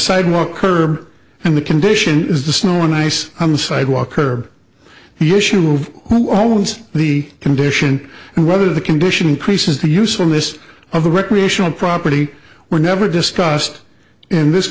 sidewalk her and the condition is the snow and ice on the sidewalk curb the issue of who owns the condition and whether the condition increases the usefulness of the recreational property were never discussed in this